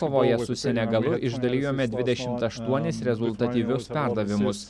kovojant su senegalu išdalijome dvidešim aštuonis rezultatyvius perdavimus